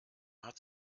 hat